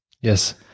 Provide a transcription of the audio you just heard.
Yes